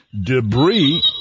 Debris